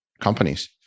companies